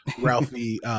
Ralphie